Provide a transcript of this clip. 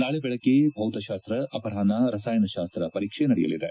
ನಾಳೆ ಬೆಳಗ್ಗೆ ಭೌತಶಾಸ್ತ್ರ ಅಪರಾಷ್ನ ರಸಾಯನಶಾಸ್ತ ಪರೀಕ್ಷೆ ನಡೆಯಲಿದೆ